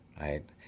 Right